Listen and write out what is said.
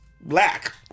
black